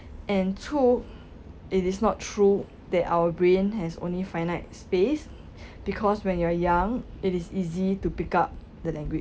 and two it is not true that our brain has only finite space because when you are young it is easy to pick up the language